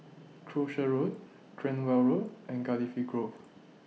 Croucher Road Cranwell Road and Cardifi Grove